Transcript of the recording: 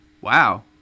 Wow